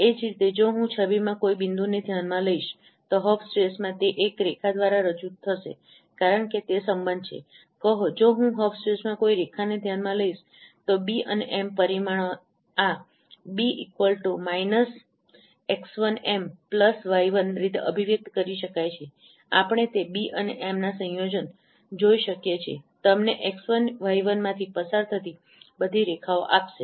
એ જ રીતે જો હું છબીમાં કોઈ બિંદુને ધ્યાનમાં લઈશ તો હફ સ્પેસમાં તે એક રેખા દ્વારા રજૂ થશે કારણ કે તે સંબંધ છે કહો જો હું હફ સ્પેસમાં કોઈ રેખાને ધ્યાનમાં લઈશ તો b અને m પરિમાણો આ b x1m y1 રીતે અભિવ્યક્ત કરી શકાય છે આપણે તે b અને m ના સંયોજન જોઈ શકીએ છીએ તમને x1 y1 માંથી પસાર થતી બધી રેખાઓ આપશે